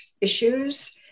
issues